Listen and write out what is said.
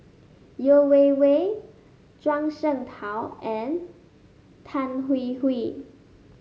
Yeo Wei Wei Zhuang Shengtao and Tan Hwee Hwee